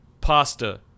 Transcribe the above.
pasta